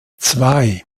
zwei